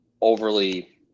overly